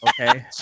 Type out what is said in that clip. Okay